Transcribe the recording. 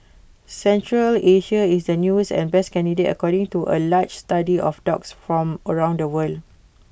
Central Asia is the newest and best candidate according to A large study of dogs from around the world